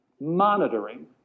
monitoring